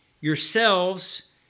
yourselves